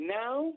now